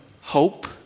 hope